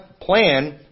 plan